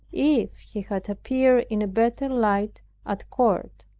if he had appeared in a better light at court.